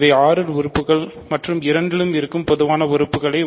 இவை R இல் உறுப்புக்கள் மற்றும் இரண்டிலும் இருக்கும் பொதுவான உறுப்புக்கள்